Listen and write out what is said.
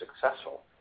successful